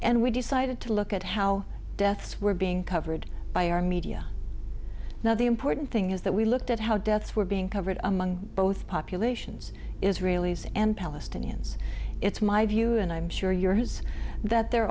and we decided to look at how deaths were being covered by our media now the important thing is that we looked at how deaths were being covered among both populations israelis and palestinians it's my view and i'm sure you're who's that they